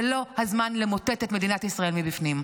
זה לא הזמן למוטט את מדינת ישראל מבפנים.